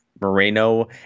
Moreno